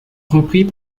reprit